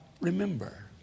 remember